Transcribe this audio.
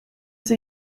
sie